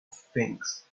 sphinx